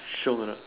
凶 or not